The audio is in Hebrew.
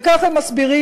וכך הם מסבירים,